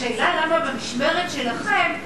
השאלה למה במשמרת שלכם,